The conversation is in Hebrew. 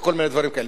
וכל מיני דברים כאלה.